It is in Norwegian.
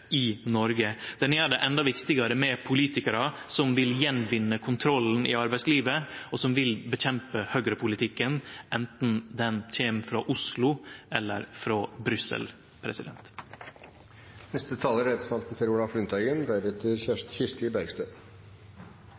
i Noreg. Ho gjer det endå viktigare med politikarar som vil vinne tilbake kontrollen i arbeidslivet, og som vil kjempe mot høgrepolitikken – anten han kjem frå Oslo eller frå